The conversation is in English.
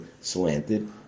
slanted